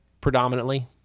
predominantly